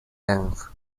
length